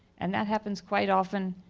and that happens quite often.